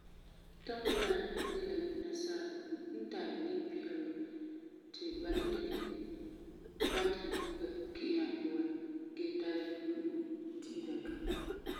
Tɔkelai de la nasaa bugum n tari nimpiilum ti ba ni dikɛ bateri kuga ki'iha a puan gee tara di'ira ka.